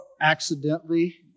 accidentally